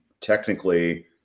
technically